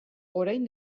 orain